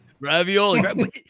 Ravioli